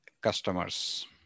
customers